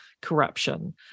corruption